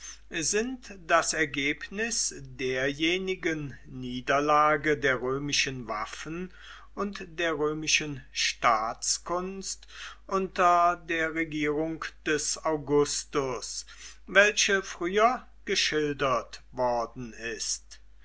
sind das ergebnis derjenigen niederlage der römischen waffen und der römischen staatskunst unter der regierung des augustus welche früher geschildert worden ist